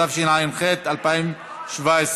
התשע"ח 2017,